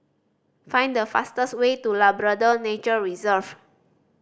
find the fastest way to Labrador Nature Reserve